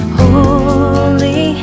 holy